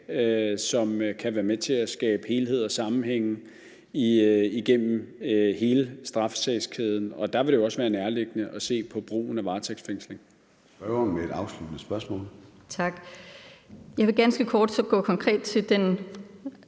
som kan være med til skabe helhed og sammenhæng i hele straffesagskæden, at der vil det jo også være nærliggende at se på brugen af varetægtsfængsling.